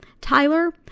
Tyler